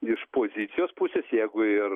iš pozicijos pusės jeigu ir